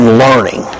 learning